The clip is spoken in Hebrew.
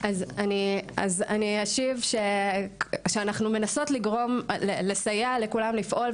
אז אני אשיב שאנחנו מנסות לגרום לסייע לכולם לפעול,